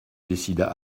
décida